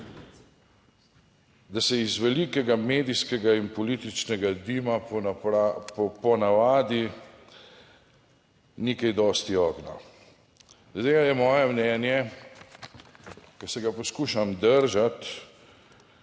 da se iz velikega medijskega in političnega dima po navadi ni kaj dosti ognja. Zdaj je moje mnenje, ki se ga poskušam držati,